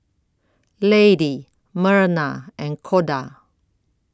Lady Myrna and Koda